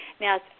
Now